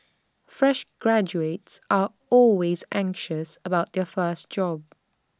fresh graduates are always anxious about their first job